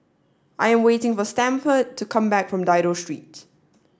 I am waiting for Stanford to come back from Dido Street